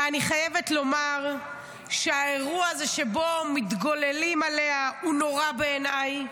ואני חייבת לומר שהאירוע הזה שבו מתגוללים עליה הוא נורא בעיניי,